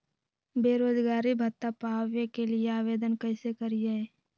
बेरोजगारी भत्ता पावे के लिए आवेदन कैसे करियय?